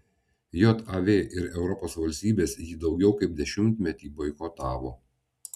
jav ir europos valstybės jį daugiau kaip dešimtmetį boikotavo